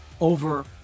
over